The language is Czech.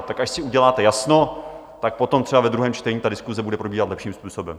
Tak až si uděláte jasno, tak potom třeba ve druhém čtení ta diskuse bude probíhat lepším způsobem.